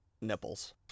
nipples